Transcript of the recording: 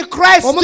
Christ